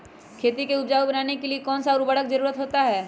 खेती को उपजाऊ बनाने के लिए कौन कौन सा उर्वरक जरुरत होता हैं?